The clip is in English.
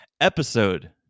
episode